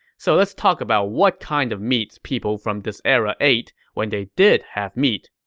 so let's talk about what kind of meats people from this era ate when they did have meat.